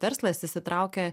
verslas įsitraukia